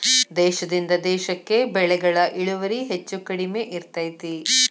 ದೇಶದಿಂದ ದೇಶಕ್ಕೆ ಬೆಳೆಗಳ ಇಳುವರಿ ಹೆಚ್ಚು ಕಡಿಮೆ ಇರ್ತೈತಿ